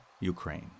Ukraine